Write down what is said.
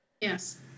Yes